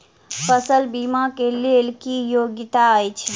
फसल बीमा केँ लेल की योग्यता अछि?